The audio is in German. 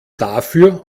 dafür